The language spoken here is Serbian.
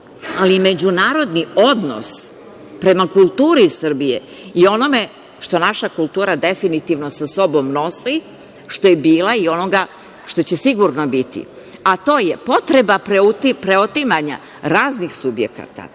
ali međunarodni odnos prema kulturi Srbije i onome što naša kultura definitivno sa sobom nosi, što je bila i onoga što će sigurno biti, a to je potreba preotimanja raznih subjekata